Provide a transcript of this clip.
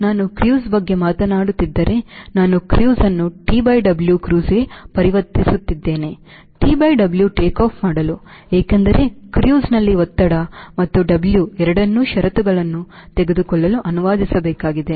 ನಾನು ಕ್ರೂಸ್ ಬಗ್ಗೆ ಮಾತನಾಡುತ್ತಿದ್ದರೆ ನಾನು ಕ್ರೂಸ್ ಅನ್ನು ಟಿ ಡಬ್ಲ್ಯೂ ಕ್ರೂಸ್ಗೆ ಪರಿವರ್ತಿಸುತ್ತಿದ್ದೇನೆ ಟಿ ಡಬ್ಲ್ಯೂ ಟೇಕ್ಆಫ್ ಮಾಡಲು ಏಕೆಂದರೆ ಕ್ರೂಸ್ನಲ್ಲಿ ಒತ್ತಡ ಮತ್ತು ಡಬ್ಲ್ಯೂ ಎರಡನ್ನೂ ಷರತ್ತುಗಳನ್ನು ತೆಗೆದುಕೊಳ್ಳಲು ಅನುವಾದಿಸಬೇಕಾಗಿದೆ